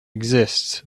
exists